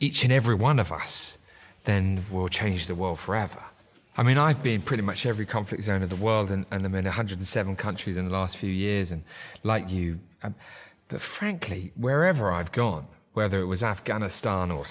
each and every one of us then will change the world forever i mean i've been pretty much every comfort zone in the world and i'm in a hundred seven countries in the last few years and like you i'm frankly wherever i've gone whether it was afghanistan or